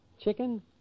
Chicken